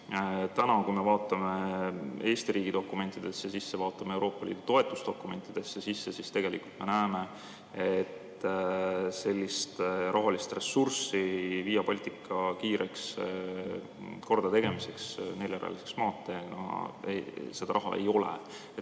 Kui me vaatame Eesti riigi dokumentidesse sisse, vaatame Euroopa Liidu toetusdokumentidesse sisse, siis tegelikult me näeme, et sellist rahalist ressurssi Via Baltica kiireks kordategemiseks, neljarealise maanteena väljaehitamiseks ei ole.